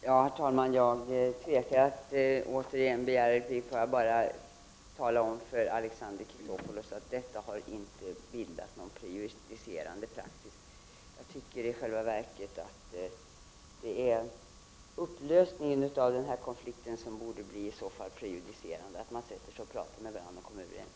Herr talman! Jag tvekar inför att åter begära ordet i debatten, men jag vill tala om för Alexander Chrisopoulos att detta fall inte har bildat någon prejudicerande praxis. Jag anser i själva verket att det är upplösningen av den här konflikten som borde bli prejudicerande, dvs. att man sätter sig och pratar med varandra och kommer överens.